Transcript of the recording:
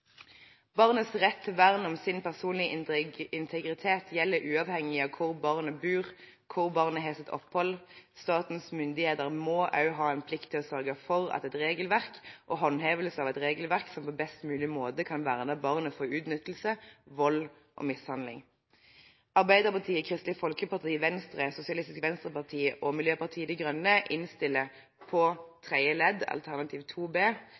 Barnets rett til vern om sin personlige integritet gjelder uavhengig av hvor barnet bor, og hvor barnet har sitt opphold. Statens myndigheter må også ha en plikt til å sørge for et regelverk og håndhevelse av et regelverk som på best mulig måte kan verne barnet mot utnyttelse, vold og mishandling. Arbeiderpartiet, Kristelig Folkeparti, Venstre, Sosialistisk Venstreparti og Miljøpartiet De Grønne innstiller på ny § 104 tredje ledd alternativ 2 B: